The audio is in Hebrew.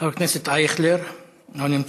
חבר הכנסת אייכלר, לא נמצא.